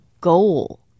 goal